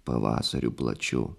pavasariu plačiu